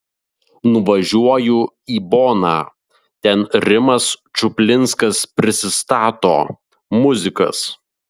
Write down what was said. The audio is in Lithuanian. nuvažiuoju į boną ten rimas čuplinskas prisistato muzikas